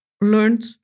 learned